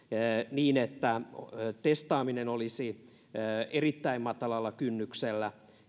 niin että testaaminen olisi erittäin matalalla kynnyksellä